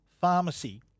Pharmacy